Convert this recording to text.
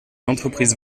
d’entreprises